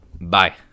Bye